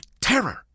terror